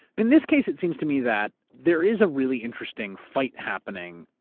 in this case, it seems to me that there is a really interesting fight happening.